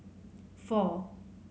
four